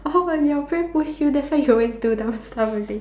oh when your friend push you that's why you always do dumb stuff is it